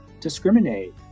discriminate